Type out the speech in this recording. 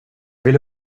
ville